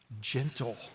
gentle